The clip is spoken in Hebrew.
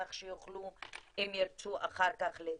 כך שיוכלו אם ירצו אחר כך להתלונן.